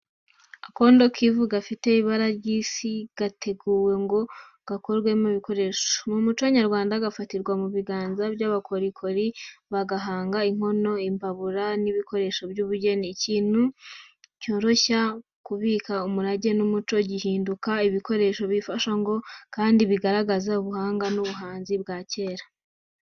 Akondo k’ivu gafite ibara ry’isi gateguwe ngo gakorwemo ibikoresho. Mu muco nyarwanda, gafatirwa mu biganza by’abanyabukorikori bagahanga inkono, imbabura n’ibikoresho by’ubugeni. Iki kintu cyoroshya kubika umurage n’umuco, gihinduka ibikoresho bifasha ingo, kandi bigaragaza ubuhanga n’ubuhanzi bwa kera.